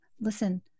listen